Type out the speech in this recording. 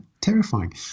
terrifying